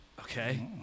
Okay